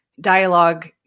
dialogue